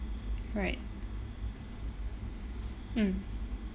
right mm